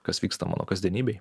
kas vyksta mano kasdienybėj